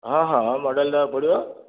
ହଁ ହଁ ମଡ଼େଲ ଦେବାକୁ ପଡ଼ିବ